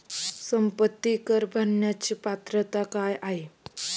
संपत्ती कर भरण्याची पात्रता काय आहे?